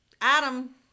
Adam